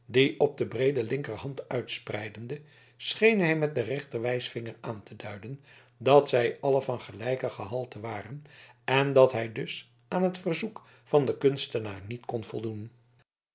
op de breede linkerhand uitspreidende scheen hij met den rechterwijsvinger aan te duiden dat zij alle van gelijk gehalte waren en dat hij dus aan het verzoek van den kunstenaar niet kon voldoen